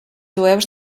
jueus